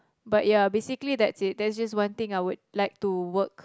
but ya basically that's it that's just one thing I would like to work